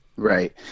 Right